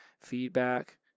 Feedback